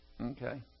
Okay